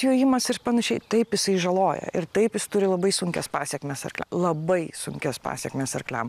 jojimas ir panašiai taip jisai žaloja ir taip jis turi labai sunkias pasekmes arklia labai sunkias pasekmes arkliam